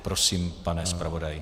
Prosím, pane zpravodaji.